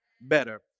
better